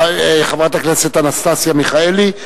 חברת הכנסת אנסטסיה מיכאלי,